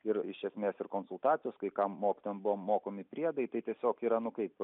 ir iš esmės ir konsultacijos kai kam mokytojam buvo mokami priedai tai tiesiog yra nu kaip